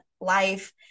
life